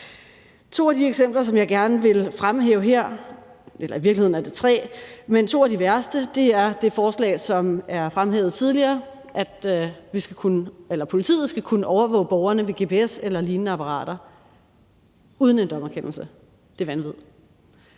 to af de værste. Det gælder det forslag, som er fremhævet tidligere, om, at politiet skal kunne overvåge borgerne ved gps eller lignende apparater uden en dommerkendelse. Det er vanvid.